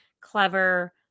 clever